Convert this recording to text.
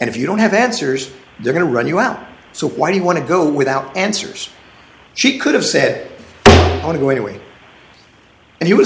and if you don't have answers they're going to run you out so why do you want to go without answers she could have said i want to go away and he was